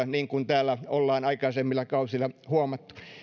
niin kuin täällä ollaan aikaisemmilla kausilla huomattu